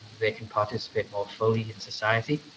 they can participate more fully in society,